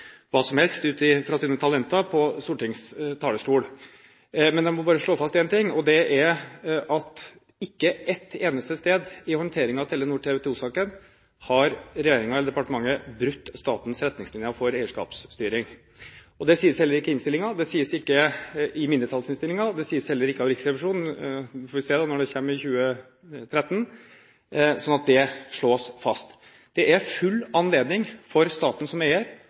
hva som helst ut fra sine talenter på Stortingets talerstol. Jeg må bare slå fast én ting: Ikke et eneste sted i håndteringen av Telenor/TV 2-saken har regjeringen eller departementet brutt statens retningslinjer for eierskapsstyring. Det sies heller ikke i innstillingen, det sies ikke i mindretallsinnstillingen, og det sies heller ikke av Riksrevisjonen – det får vi nå se når den kommer i 2013. Det er full anledning for staten som eier